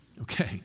Okay